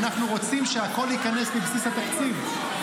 אנחנו רוצים שהכול ייכנס לבסיס התקציב.